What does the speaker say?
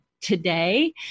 today